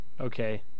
Okay